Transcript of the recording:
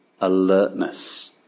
alertness